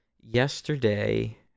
Yesterday